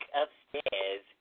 upstairs